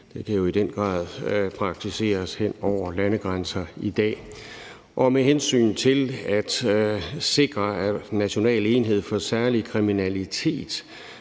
det kan jo i den grad praktiseres hen over landegrænser i dag. Og med hensyn til at sikre National enhed for Særlig Kriminalitet